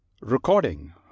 Recording